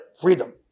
freedom